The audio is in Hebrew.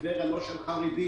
טבריה היא לא של חרדים.